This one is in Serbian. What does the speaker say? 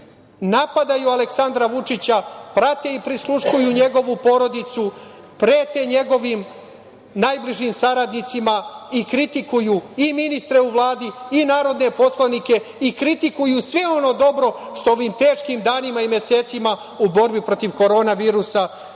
napadaju Aleksandra Vučića, prate i prisluškuju njegovu porodicu, prete njegovim najbližim saradnicima i kritikuju i ministre u Vladi i narodne poslanike i kritikuju sve ono dobro što u ovim teškim danima i mesecima u borbi protiv korona virusa